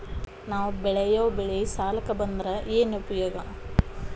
ನಾವ್ ಬೆಳೆಯೊ ಬೆಳಿ ಸಾಲಕ ಬಂದ್ರ ಏನ್ ಉಪಯೋಗ?